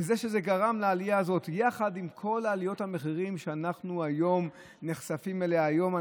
זה גרם לעלייה הזאת עם כל עליות המחירים שאנחנו נחשפים אליהן היום.